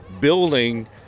building